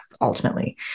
ultimately